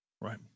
Right